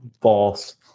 False